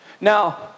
now